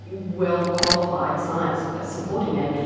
well qualified science supporting it,